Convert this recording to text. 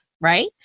right